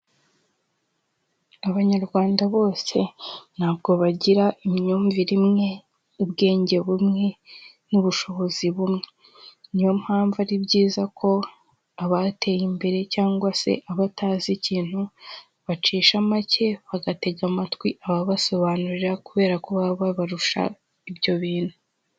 Abanyarwanda bose ntabwo bagira imyumvire imwe, n'ubwenge bumwe n'ubushobozi bumwe, niyo mpamvu ari byiza ko abateye imbere cyangwa se abatazi ikintu bacisha make bagatega amatwi ababasobanurira kubera ko baba barusha ibyo bintu.